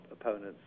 opponents